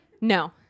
No